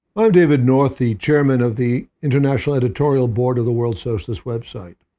i'm david north, the chairman of the international editorial board of the world socialist web site.